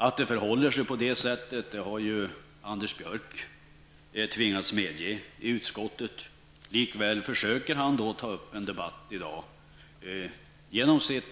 Att det förhåller sig på det sättet har ju Anders Björck tvingats medge i utskottet. Likväl försöker han i dag att ta upp en debatt genom sitt